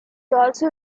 also